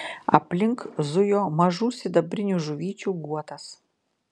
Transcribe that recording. aplink zujo mažų sidabrinių žuvyčių guotas